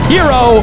Hero